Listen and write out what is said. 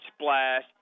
splash